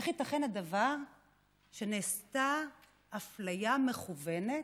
איך ייתכן הדבר שנעשתה אפליה מכוונת?